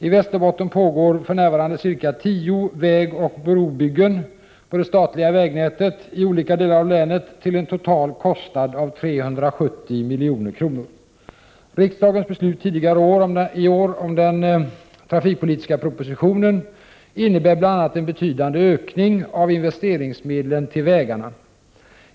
I Västerbotten pågår för närvarande cirka tio vägoch brobyggen på det statliga vägnätet i olika delar av länet, till en total kostnad av 370 milj.kr. Riksdagens beslut tidigare i år om den trafikpolitiska propositionen innebär bl.a. en betydande ökning av investeringsmedlen till vägarna.